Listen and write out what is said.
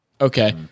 Okay